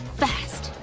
fast.